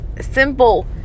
simple